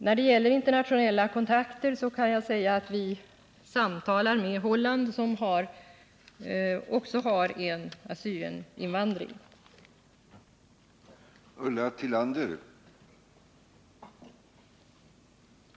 När det gäller internationella kontakter kan jag säga att vi samtalar med företrädare för Holland, som också har en invandring av assyrier.